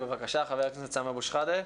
בבקשה, חבר הכנסת סמי אבו שחאדה.